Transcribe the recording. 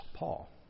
Paul